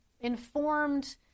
informed